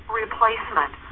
replacement